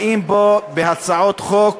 באים פה בהצעות חוק